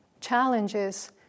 challenges